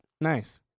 Nice